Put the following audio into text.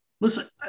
Listen